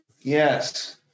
Yes